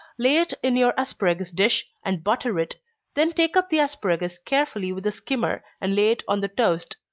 lay it in your asparagus dish, and butter it then take up the asparagus carefully with a skimmer, and lay it on the toast,